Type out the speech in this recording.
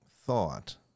thought